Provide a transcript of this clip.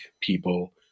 people